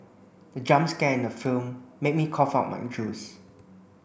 the jump scare in the film made me cough out my juice